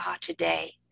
today